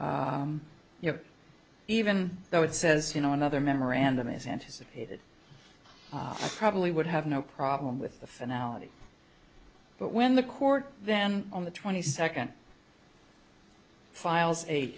alone you know even though it says you know another memorandum as anticipated probably would have no problem with the finale but when the court then on the twenty second files